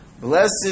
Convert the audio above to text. Blessed